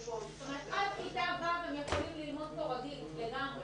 עד כיתה ו' הם יכולים ללמוד פה רגיל לגמרי.